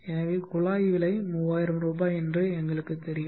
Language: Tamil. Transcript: எனவே குழாய் விலை 3000 ரூபாய் என்று எங்களுக்குத் தெரியும்